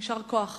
יישר כוח.